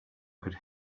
could